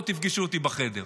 תבואו ותפגשו אותי בחדר.